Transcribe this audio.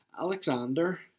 Alexander